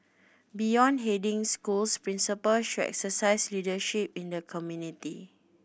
beyond heading schools principals should exercise leadership in the community